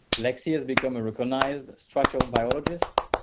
lexi has become a recognized structural biologist.